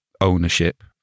ownership